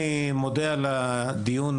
אני מודה לכם על שלקחתם על עצמכם,